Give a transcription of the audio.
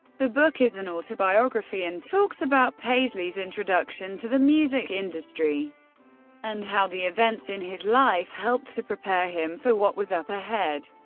the book is an autobiography and talks about paisley's introduction to the music industry and how the events in his life helped to prepare him for what was up ahead.